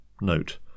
Note